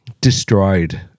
destroyed